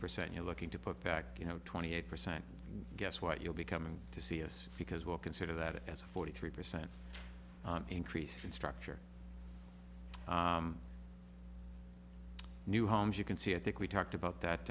percent you're looking to put back you know twenty eight percent guess what you'll be coming to see us because we'll consider that as a forty three percent increase in structure new homes you can see i think we talked about that